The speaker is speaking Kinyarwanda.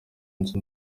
inzu